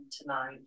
tonight